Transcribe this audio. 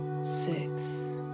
six